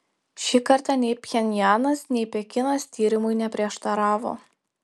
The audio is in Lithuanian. šį kartą nei pchenjanas nei pekinas tyrimui neprieštaravo